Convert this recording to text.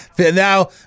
Now